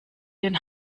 den